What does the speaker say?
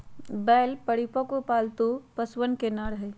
बैल परिपक्व, पालतू पशुअन के नर हई